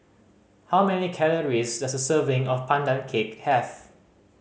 how many calories does a serving of Pandan Cake have